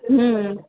ਹੂੰ